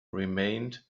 remained